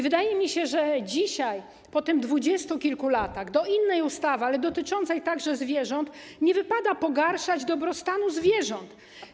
Wydaje mi się, że dzisiaj, po tych dwudziestu kilku latach, w innej ustawie, ale dotyczącej także zwierząt, nie wypada pogarszać dobrostanu zwierząt.